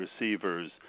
receivers